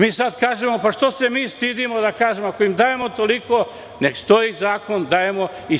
Mi sada kažemo – što se mi stidimo da kažemo, ako im dajemo toliko, nek stoji zakon i svima dajemo toliko.